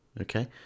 Okay